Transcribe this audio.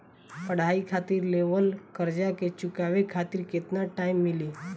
पढ़ाई खातिर लेवल कर्जा के चुकावे खातिर केतना टाइम मिली?